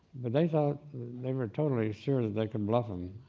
but they felt they were totally sure that they could bluff him